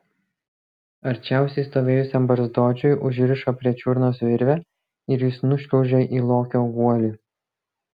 arčiausiai stovėjusiam barzdočiui užrišo prie čiurnos virvę ir jis nušliaužė į lokio guolį